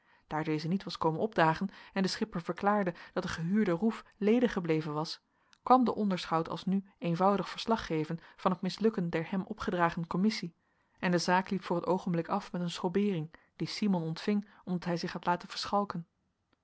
daar deze niet was komen opdagen en de schipper verklaarde dat de gehuurde roef ledig gebleven was kwam de onderschout alsnu eenvoudig verslag geven van het mislukken der hem opgedragen commissie en de zaak liep voor t oogenblik af met een schrobbeering die simon ontving omdat hij zich had laten verschalken